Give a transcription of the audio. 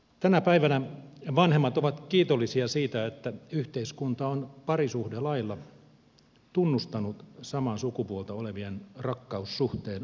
tänä päivänä vanhemmat ovat kiitollisia siitä että yhteiskunta on parisuhdelailla tunnustanut samaa sukupuolta olevien rakkaussuhteen olemassaolon